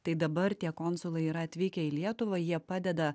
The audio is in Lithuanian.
tai dabar tie konsulai yra atvykę į lietuvą jie padeda